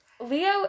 Leo